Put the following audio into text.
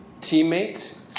teammate